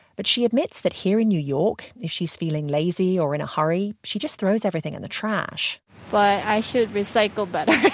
but she admitted that here in new york, if she's feeling lazy or in a hurry, she just throws everything in the trash but i should recycle better,